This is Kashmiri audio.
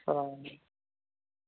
اسلام علیکُم